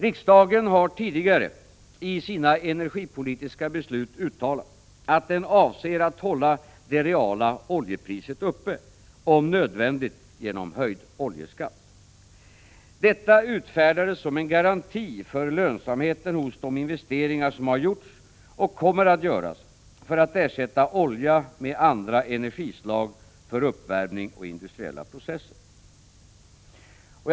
Riksdagen har tidigare i sina energipolitiska beslut uttalat att den avser att hålla det reala oljepriset uppe, om nödvändigt genom höjd oljeskatt. Detta utfärdades som en garanti för lönsamheten hos de investeringar som har gjorts och kommer att göras för att ersätta olja med andra energislag för uppvärmning och industriella processer. Fru talman!